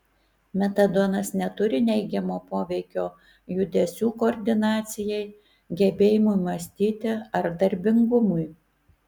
metadonas neturi neigiamo poveikio judesių koordinacijai gebėjimui mąstyti ar darbingumui